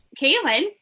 Kaylin